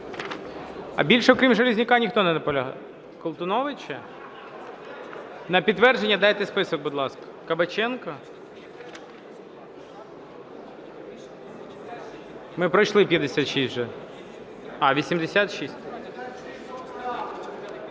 А більше, окрім Железняка, ніхто не наполягає? Колтуновича? На підтвердження дайте список, будь ласка. Кабаченко? Ми пройшли 56 вже. А, 86?